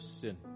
sin